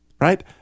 right